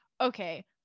okay